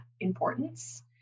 importance